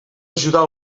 ajudar